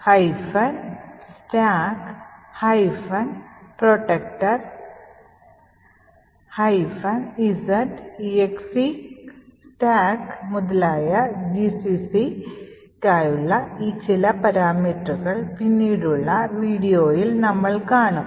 fno stack protector z execstack മുതലായ gcc യ്ക്കായുള്ള ഈ ചില പാരാമീറ്ററുകൾ പിന്നീടുള്ള വീഡിയോയിൽ നമ്മൾ കാണും